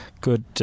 good